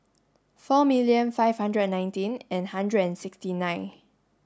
four million five hundred and nineteen and one hundred and sixty nine